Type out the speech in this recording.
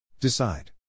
Decide